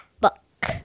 book